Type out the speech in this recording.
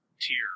tier